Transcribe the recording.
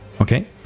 Okay